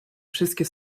wszystkie